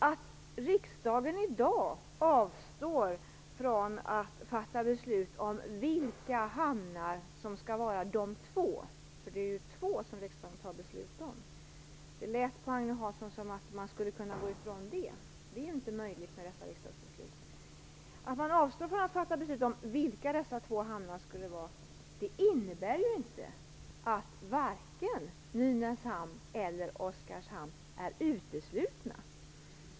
Att riksdagen i dag avstår från att fatta beslut om vilka dessa två hamnar skall vara, och det handlar om två - det lät på Agne Hansson som att man skulle kunna gå ifrån det, men det är inte möjligt - innebär inte att vare sig Nynäshamn eller Oskarshamn är utesluten.